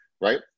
right